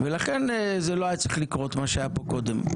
ולכן מה שהיה פה קודם לא היה צריך לקרות.